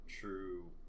true